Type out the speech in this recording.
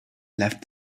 left